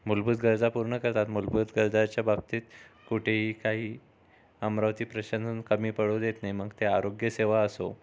मुलभूत गरजा पूर्ण करतात मुलभूत गरजांच्या बाबतीत कुठेही काहीही अमरावती प्रशासन कमी पडू देत नाही मग त्या आरोग्य सेवा असो